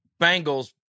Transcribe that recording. Bengals